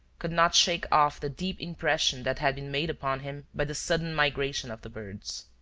could not shake off the deep impression that had been made upon him by the sudden migration of the birds.